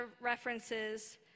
references